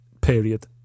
period